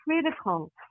critical